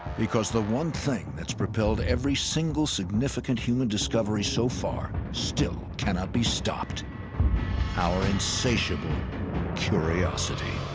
because the one thing that's propelled every single significant human discovery so far still cannot be stopped our insatiable curiosity.